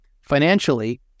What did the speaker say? Financially